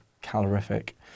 calorific